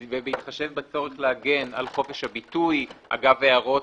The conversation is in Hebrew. ובהתחשב בצורך להגן על חופש הביטוי אגב הערות